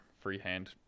freehand